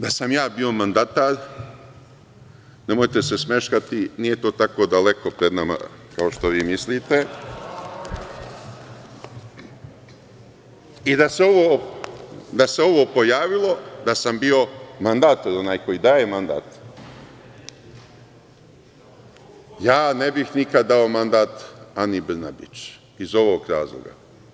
Da sam ja bio mandatar, nemojte se smeškati, nije to tako daleko pred nama, kao što vi mislite i da se ovo pojavilo, da sam bio mandatar, onaj koji daje mandat, ja ne bih nikad dao mandat Ani Brnabić, iz ovog razloga.